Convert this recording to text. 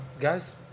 Guys